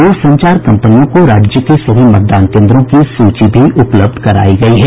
दूरसंचार कंपनियों को राज्य के सभी मतदान केन्द्रों की सूची भी उपलब्ध करायी गयी है